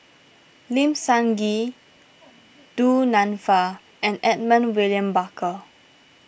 Lim Sun Gee Du Nanfa and Edmund William Barker